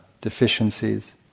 Deficiencies